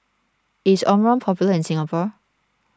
is Omron popular in Singapore